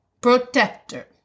protector